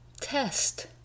test